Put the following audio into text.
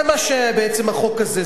זה מה שבעצם החוק הזה,